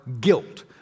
guilt